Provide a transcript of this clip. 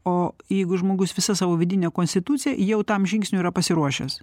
o jeigu žmogus visa savo vidine konstitucija jau tam žingsniu yra pasiruošęs